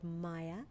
Maya